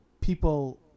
people